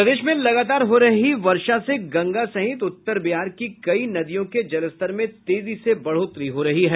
प्रदेश में लगातार हो रही वर्षा से गंगा सहित उत्तर बिहार की कई नदियों के जलस्तर में तेजी से बढ़ोतरी हो रही है